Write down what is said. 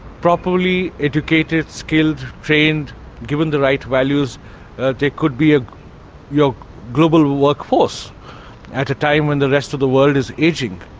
properly educated, skilled, trained given the right values they could be a real global workforce at a time when the rest of the world is aging.